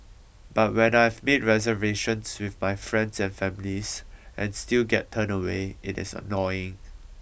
but when I have made reservations with my friends and families and still get turned away it is annoying